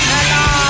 Hello